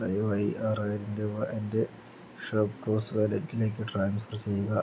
ദയവായി ആറായിരം രൂപ എൻ്റെ ഷോപ്പ്ക്ലൂസ് വാലറ്റിലേക്ക് ട്രാൻസ്ഫർ ചെയ്യുക